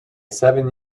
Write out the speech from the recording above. seven